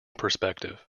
perspective